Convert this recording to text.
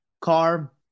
car